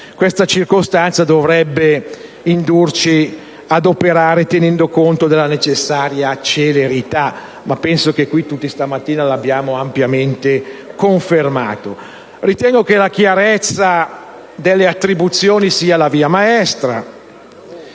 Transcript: questa circostanza dovrebbe indurci ad operare tenendo conto della necessaria celerità, ma mi sembra che qui tutti stamattina lo abbiamo ampiamente confermato. Ritengo che la chiarezza delle attribuzioni sia la via maestra;